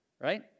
Right